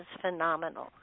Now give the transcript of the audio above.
phenomenal